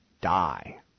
die